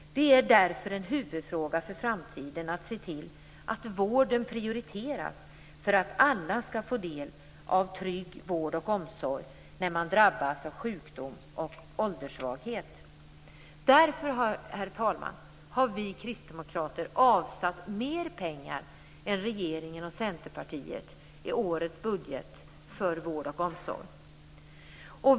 Det är därför en huvudfråga för framtiden att se till att vården prioriteras för att alla skall få del av en trygg vård och omsorg när man drabbas av sjukdom och ålderssvaghet. Därför, herr talman, har vi kristdemokrater avsatt mer pengar än regeringen och Centerpartiet i årets budget för vård och omsorg.